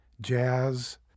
jazz